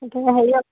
এতিয়া হেৰি আকৌ